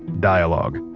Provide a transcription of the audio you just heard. dialogue.